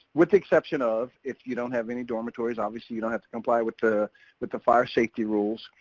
with the exception of, if you don't have any dormitories obviously you don't have to comply with the with the fire safety rules.